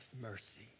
mercy